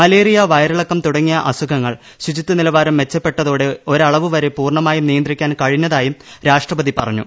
malaria വയറിളക്കം തുടങ്ങിയ അസുഖങ്ങൾ ശുചിത്വ നിലവാർം മെച്ചപ്പെട്ടതോടെ ഒരളവു വരെ പൂർണ്ണമായും നിയന്ത്രിക്കാൻ ്കുഴിഞ്ഞതായും ് രാഷ്ട്രപതി പറഞ്ഞു